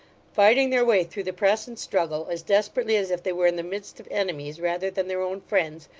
fighting their way through the press and struggle, as desperately as if they were in the midst of enemies rather than their own friends,